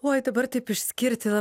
oi dabar taip išskirti